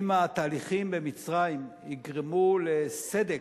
אם התהליכים במצרים יגרמו לסדק,